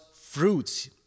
fruits